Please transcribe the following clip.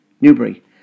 Newbury